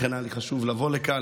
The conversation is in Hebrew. לכן היה לי חשוב לבוא לכאן,